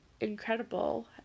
incredible